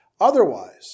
otherwise